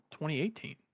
2018